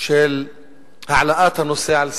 של העלאת הנושא על סדר-היום.